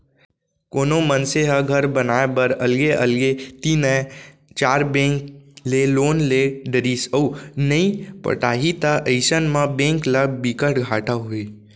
कोनो मनसे ह घर बनाए बर अलगे अलगे तीनए चार बेंक ले लोन ले डरिस अउ नइ पटाही त अइसन म बेंक ल बिकट घाटा होही